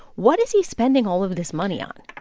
what is he spending all of this money on?